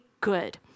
good